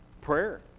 prayer